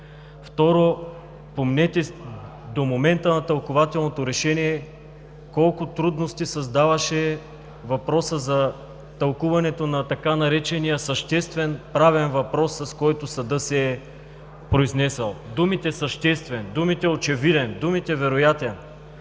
Второ, спомнете си до момента на тълкувателното решение колко трудности създаваше въпросът за тълкуването на така наречения „съществен правен въпрос“, с който съдът се е произнесъл. Думите „съществен“, „очевиден“, „вероятен“